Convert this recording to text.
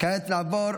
כעת נעבור,